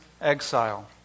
exile